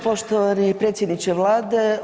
Poštovani predsjedniče Vlade.